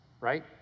right